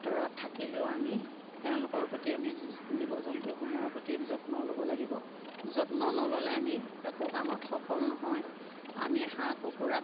আঁতৰত থাকিলেও আমি তেওঁলোকৰ প্ৰতি আমি জীৱ জন্তুসমূহৰ প্ৰতি যত্ন ল'ব লাগিব যত্ন নল'লে আমি একো কামত সফল নহয় আমি হাঁহ কুকুৰাক